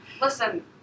Listen